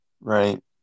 Right